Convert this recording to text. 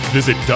Visit